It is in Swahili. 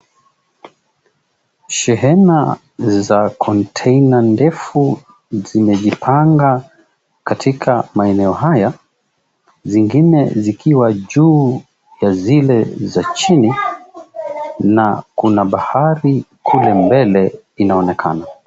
Shehena za konteina ndefu zimejipanga katika maeneo haya. Zingine zikiwa juu ya zile za chini na kuna bahari kule mbele inaonekana.